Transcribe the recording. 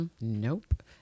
nope